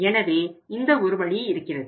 எனவே இந்த ஒரு வழி இருக்கிறது